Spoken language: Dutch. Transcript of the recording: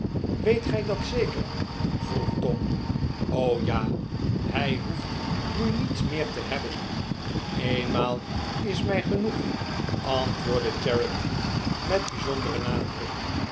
weet gij dat zeker vroeg tom ja hij hoeft nu niets meer te hebben eenmaal is mij genoeg antwoordde charity met bijzonderen nadruk